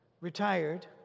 retired